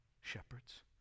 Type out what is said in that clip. shepherds